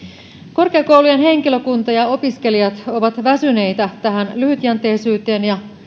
korkeakoulujen henkilökunta ja ja opiskelijat ovat väsyneitä tähän lyhytjänteisyyteen ja